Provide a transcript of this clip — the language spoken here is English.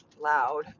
loud